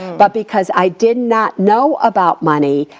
but because i did not know about money,